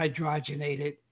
hydrogenated